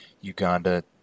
Uganda